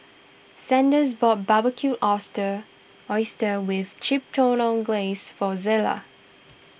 Sanders bought Barbecued Oyster Oysters with Chipotle Glaze for Zela